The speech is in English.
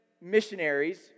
missionaries